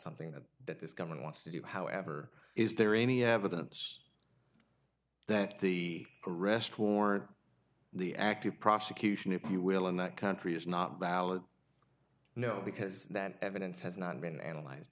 something that that this government wants to do however is there any evidence that the arrest warrant the active prosecution if you will in that country is not valid no because that evidence has not been analyzed